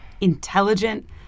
intelligent